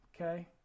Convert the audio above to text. okay